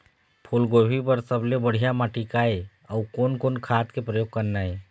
फूलगोभी बर सबले बढ़िया माटी का ये? अउ कोन कोन खाद के प्रयोग करना ये?